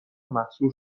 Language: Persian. محصور